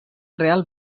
real